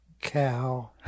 cow